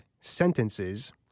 sentences